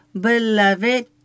beloved